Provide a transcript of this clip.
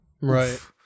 Right